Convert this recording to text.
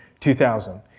2000